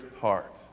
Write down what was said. heart